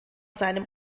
seinem